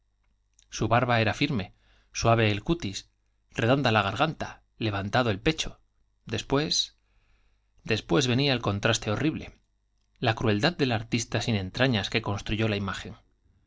su barba era firme suave el cutis redonda la garganta levantado el pecho después después venía el contraste horrible la crueldad del artista sin entrañas que construyó la imagen